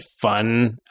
fun